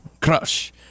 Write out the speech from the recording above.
Crush